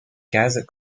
cases